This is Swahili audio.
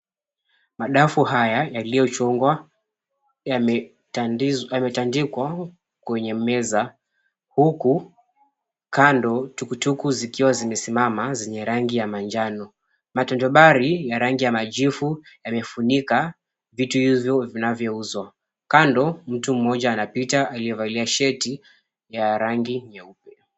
Madafu haya yaliyochongwa yametandikwa kwenye meza, huku kando tukutuku zikiwa zimesimama zenye rangi ya manjano. Machonjobari ya rangi ya majivu yamefunika vitu hivyo vinavyouzwa. Kando mtu mmoja anapita aliyevalia shati ya rangi nyeupe.